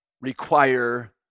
require